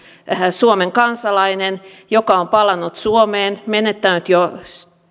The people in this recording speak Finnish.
suomen kansalainen joka on palannut suomeen menettänyt jo